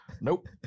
Nope